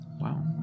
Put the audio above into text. Wow